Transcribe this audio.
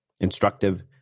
instructive